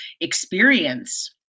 experience